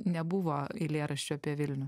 nebuvo eilėraščių apie vilnių